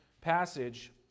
passage